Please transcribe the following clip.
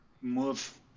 move